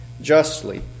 justly